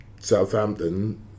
Southampton